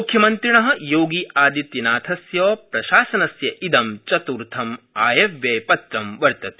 मुख्यमन्त्रिणो योगी आदित्यनाथस्य प्रशासनस्य इद चतुर्थम् आयव्ययपत्र वर्तते